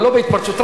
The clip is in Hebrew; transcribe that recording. ולא בהתפרצות.